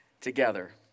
together